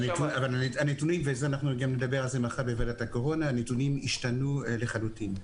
הנתונים ועל זה נדבר מחר בוועדת הקורונה הם השתנו לחלוטין.